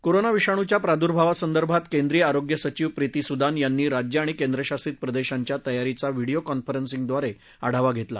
corona विषाणूच्या प्रादुर्भावासंदर्भात केंद्रीय आरोग्यसचीव प्रीती सुदान यांनी राज्य आणि केंद्रशसित प्रदेशांच्या तयारीचा व्हिडीओ कॉन्फरन्सिंगद्वारे आढावा घेतला